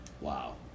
Wow